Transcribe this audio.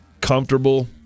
comfortable